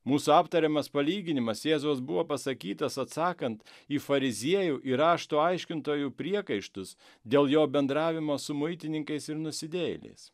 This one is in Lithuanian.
mūsų aptariamas palyginimas jėzus buvo pasakytas atsakant į fariziejų ir rašto aiškintojų priekaištus dėl jo bendravimo su muitininkais ir nusidėjėliais